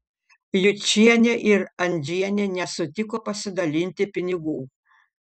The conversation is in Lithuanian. jučienė ir andžienė nesutiko pasidalinti pinigų